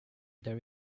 there